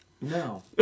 No